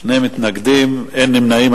שני מתנגדים, אין נמנעים.